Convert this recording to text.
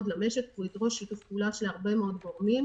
למשק והוא ידרוש שיתוף פעולה של הרבה מאוד גורמים,